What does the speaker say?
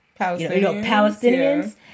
Palestinians